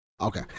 Okay